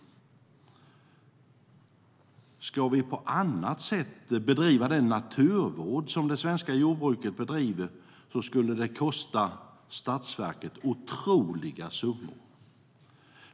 Skulle vi på annat sätt bedriva den naturvård som det svenska jordbruket bedriver skulle det kosta statskassan otroliga summor.